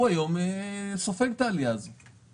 הוא סופג את העלייה הזאת היום.